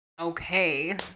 okay